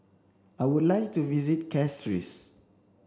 i would like to visit Castries